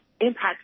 impact